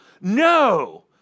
no